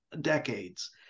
decades